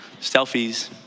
Selfies